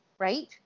Right